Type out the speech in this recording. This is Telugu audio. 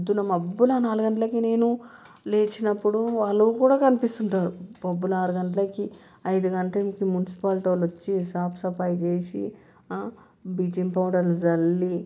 పొద్దున్న మబ్బుల నాలుగు గంటలకు నేను లేచినప్పుడు వాళ్ళు కూడా కనిపిస్తుంటారు పొద్దున్న ఆరు గంటలకి ఐదు గంటలకి మున్సిపాలిటీ వాళ్ళు వచ్చేసి సాఫ్ సఫాయి అవి చేసి బ్లీచింగ్ పౌడర్ చల్లి